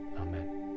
Amen